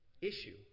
issue